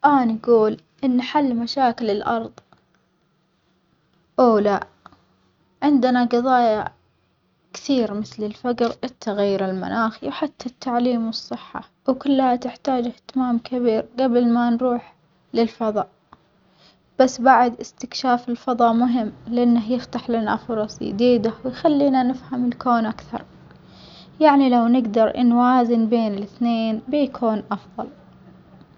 أنا أجول إن حل مشاكل الأرظ أو لأ عندنا جظايا كثير مثل الفجر التغيير المناخي وحتى التعليم والصحة وكلها تحتاج إهتمام كبير جبل ما نروح للفظاء، بس بعد إستكشاف الفظا مهم لأنه يفتح لنا فرص يديدة ويخلينا نفهم الكون أكثر يعني لو نجدر نوازن بين الإثنين بيكون أفظل.